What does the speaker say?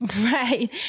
Right